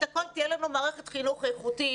הכול תהיה לנו מערכת חינוך איכותית,